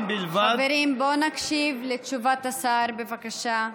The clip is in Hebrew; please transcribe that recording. חברים, בואו נקשיב לתשובת השר בבקשה.